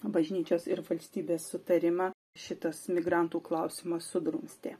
bažnyčios ir valstybės sutarimą šitas migrantų klausimas sudrumstė